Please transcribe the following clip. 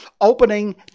opening